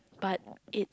but it